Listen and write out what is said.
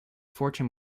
fortune